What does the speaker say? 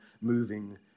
moving